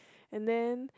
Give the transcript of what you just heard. and then